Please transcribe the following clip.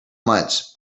months